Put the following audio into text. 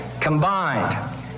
combined